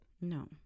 No